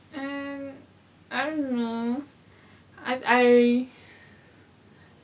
um I don't know I I